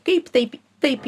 kaip taip taip